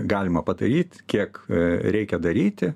galima padaryt kiek reikia daryti